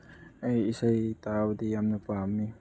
ꯑꯩ ꯏꯁꯩ ꯇꯥꯕꯗꯤ ꯌꯥꯝꯅ ꯄꯥꯝꯏ